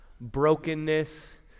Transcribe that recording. brokenness